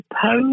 suppose